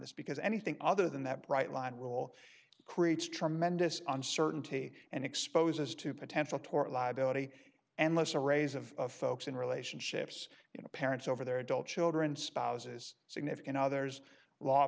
this because anything other than that bright line rule creates tremendous uncertainty and exposes to potential tort liability and less arrays of folks in relationships you know parents over their adult children spouses significant others law